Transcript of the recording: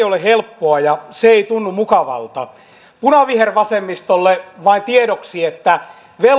ole helppoa ja se ei tunnu mukavalta punavihervasemmistolle vain tiedoksi että